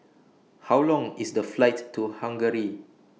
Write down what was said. How Long IS The Flight to Hungary